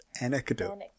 anecdote